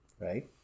right